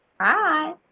Hi